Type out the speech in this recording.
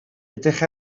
edrych